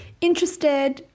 interested